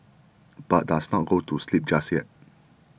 but does not go to sleep just yet